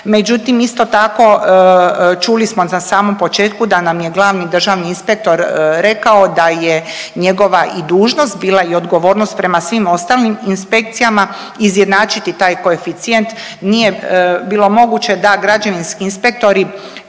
Međutim, isto tako čuli smo na samom početku da nam je glavni Državni inspektor rekao da je njegova i dužnost bila i odgovornost prema svim ostalim inspekcijama izjednačiti taj koeficijent. Nije bilo moguće da građevinski inspektori